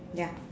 ya